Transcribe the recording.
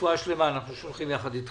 רפואה שלמה אנחנו שולחים אתך.